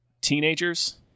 teenagers